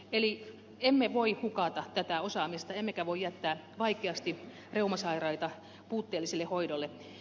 eli emme voi hukata tätä osaamista emmekä voi jättää vaikeasti reumasairaita puutteelliselle hoidolle